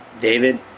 David